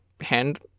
hand